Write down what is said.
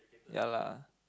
ya lah